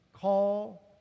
call